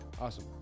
Awesome